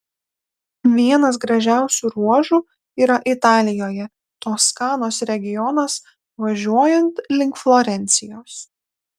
vienas gražiausių ruožų yra italijoje toskanos regionas važiuojant link florencijos